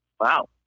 Wow